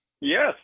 Yes